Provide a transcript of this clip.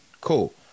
Cool